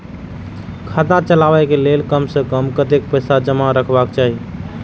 खाता चलावै कै लैल कम से कम कतेक पैसा जमा रखवा चाहि